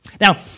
Now